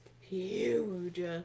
huge